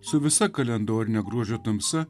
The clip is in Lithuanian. su visa kalendorine gruodžio tamsa